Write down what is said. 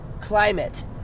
climate